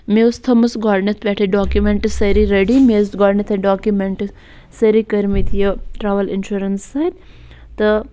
مےٚ ٲس تھٲومٕژ گۄڈٕنٮ۪تھ پٮ۪ٹھَے ڈاکیوٗمٮ۪نٛٹ سٲری رٔڈی مےٚ ٲسۍ گۄڈٕنٮ۪تھٕے ڈاکیوٗمٮ۪نٛٹ سٲری کٔرۍمٕتۍ یہِ ٹرٛاوٕل اِنشورَنٕس سۭتۍ تہٕ